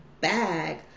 bag